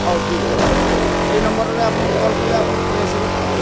ହଉ ଠିକ୍ ଅଛି ଠିକ୍ ଅଛି ଏଇ ନମ୍ବରରେ ଆପଣଙ୍କୁ କଲ୍ କଲେ ଆପଣ ପଳାଇ ଆସିବେ ତ